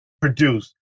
produced